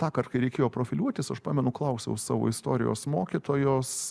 tąkart kai reikėjo profiliuotis aš pamenu klausiau savo istorijos mokytojos